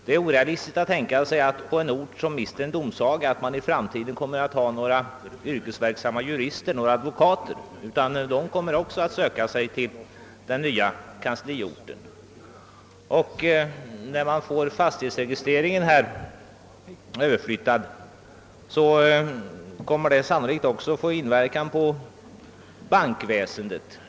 Det är orealistiskt att tänka sig att det på en ort som mister sin domsaga i framtiden kommer att finnas yrkesverksamma jurister, advokater och andra, utan de kommer också att söka sig till den nya kansliorten. Överflyttningen av fastighetsregistreringen kommer sannolikt också att få inverkan på bankväsendet.